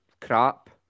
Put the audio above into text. crap